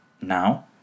now